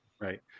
Right